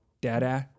Dada